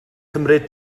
cymryd